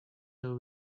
her